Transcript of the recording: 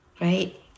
right